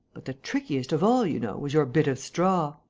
but the trickiest of all, you know, was your bit of straw.